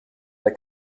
der